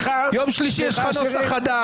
ביום שלישי יש נוסח חדש